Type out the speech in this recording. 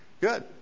Good